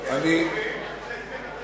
אבל אתה